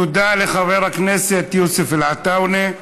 תודה לחבר הכנסת יוסף עטאונה.